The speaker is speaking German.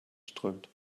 strömt